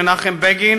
מנחם בגין,